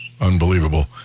Unbelievable